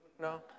No